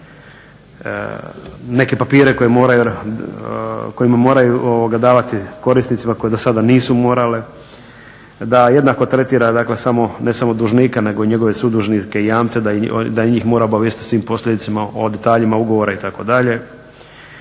neke papire koje moraju davati korisnicima kojima do sada nisu morale. Da jednako tretira dakle ne samo dužnike nego i njegove sudužnike i jamce da i njih mora obavijestiti o svim posljedicama, o detaljima ugovora itd..